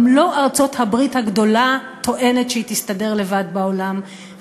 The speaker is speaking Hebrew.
גם ארצות-הברית הגדולה לא טוענת שהיא תסתדר לבד בעולם,